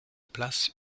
place